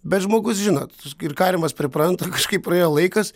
bet žmogus žinot ir kariamas pripranta kažkaip praėjo laikas